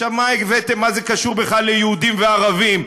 מה זה קשור בכלל ליהודים וערבים?